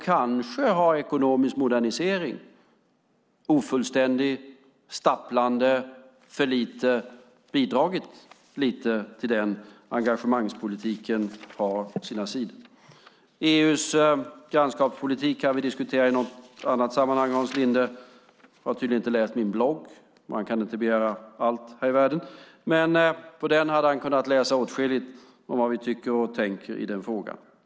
Kanske har ekonomisk modernisering - ofullständig och stapplande - bidragit lite grann till att den engagemangspolitiken har sina sidor. EU:s grannskapspolitik kan vi diskutera i något annat sammanhang. Hans Linde har tydligen inte läst min blogg. Man kan inte begära allt här i världen. Men på den hade han kunnat läsa åtskilligt om vad vi tycker och tänker i denna fråga.